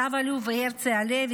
רב-אלוף הרצי הלוי,